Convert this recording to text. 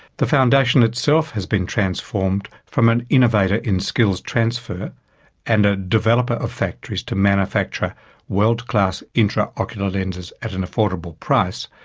the foundation itself has been transformed from an innovator in skills transfer and a developer of factories to manufacture world class intraocular lenses at an affordable price,